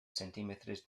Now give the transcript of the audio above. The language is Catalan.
centímetres